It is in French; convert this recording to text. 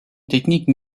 technique